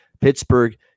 Pittsburgh